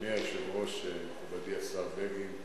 אני מזמין את נחמיה שטרסלר להתעמת אתי.